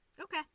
okay